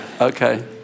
Okay